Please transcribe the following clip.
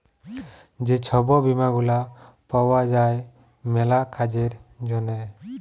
যে ছব বীমা গুলা পাউয়া যায় ম্যালা কাজের জ্যনহে